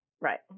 Right